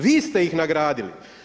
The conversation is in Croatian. Vi ste ih nagradili.